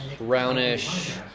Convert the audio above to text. brownish